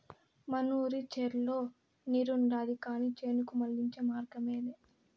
మనూరి చెర్లో నీరుండాది కానీ చేనుకు మళ్ళించే మార్గమేలే